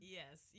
yes